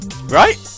right